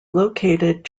located